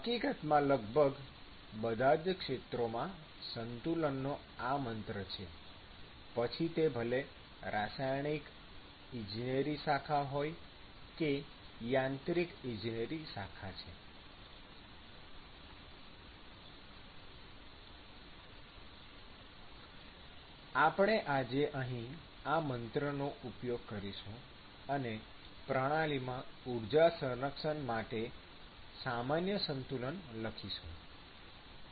હકીકતમાં લગભગ બધા જ ક્ષેત્રોમાં સંતુલનનો આ મંત્ર છે પછી તે ભલે રાસાયણિક ઇજનેરી શાખા હોય કે યાંત્રિક ઈજનેરી શાખા છે આપણે આજે અહીં આ મંત્રનો ઉપયોગ કરીશું અને પ્રણાલીમાં ઊર્જા સંરક્ષણ માટે સામાન્ય સંતુલન લખીશું